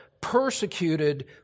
persecuted